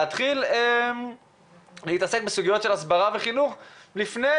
להתחיל להתעסק בסוגיות של הסברה וחינוך לפני